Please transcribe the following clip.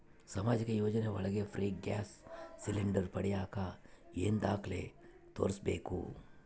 ಸಾಮಾಜಿಕ ಯೋಜನೆ ಒಳಗ ಫ್ರೇ ಗ್ಯಾಸ್ ಸಿಲಿಂಡರ್ ಪಡಿಯಾಕ ಏನು ದಾಖಲೆ ತೋರಿಸ್ಬೇಕು?